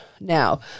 Now